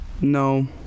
No